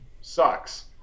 sucks